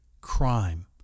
crime